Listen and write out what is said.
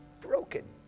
broken